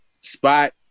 spot